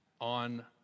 on